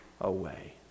away